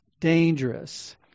dangerous